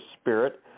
spirit